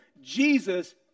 Jesus